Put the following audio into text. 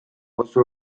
oso